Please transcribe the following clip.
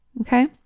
Okay